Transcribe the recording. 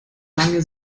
lange